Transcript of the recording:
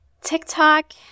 TikTok